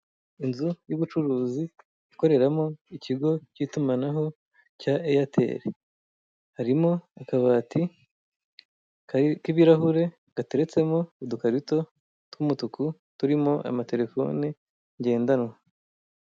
Inzu y'ubucuruzi ikoreramo ikigo k'itumanaho cya eyateri, harimo akabati k'ibirahure gateretsemo udukarito tw'umutuku turimo amaterefone ngendanwa.